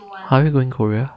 are we going korea